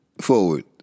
forward